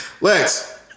Lex